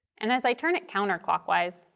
and as i turn it counterclockwise,